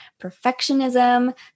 perfectionism